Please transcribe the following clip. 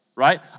right